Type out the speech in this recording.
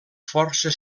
força